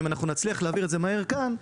אם אנחנו נצליח להעביר את זה מהר כאן,